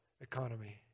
economy